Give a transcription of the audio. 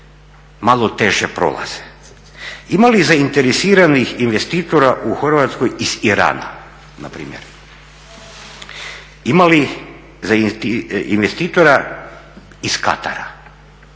malo teže prolaze. Ima li zainteresiranih investitora u Hrvatskoj iz Irana npr.? Ima li investitora iz Katara,